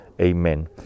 Amen